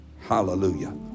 Hallelujah